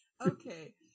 okay